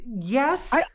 yes